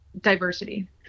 diversity